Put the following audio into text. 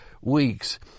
weeks